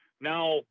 Now